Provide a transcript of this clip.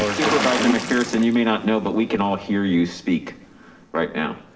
um supervisor mcpherson you may not know, but we can all hear you speak right now.